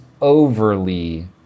overly